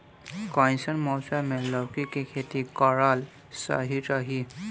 कइसन मौसम मे लौकी के खेती करल सही रही?